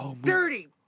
Dirty